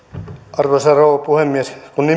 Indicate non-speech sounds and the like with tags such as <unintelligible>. arvoisa rouva puhemies kun <unintelligible>